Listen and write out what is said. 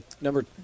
number